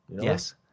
Yes